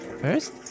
First